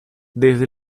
desde